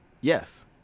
Yes